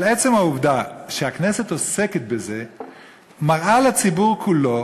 אבל עצם העובדה שהכנסת עוסקת בזה מראה לציבור כולו